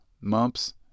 Mumps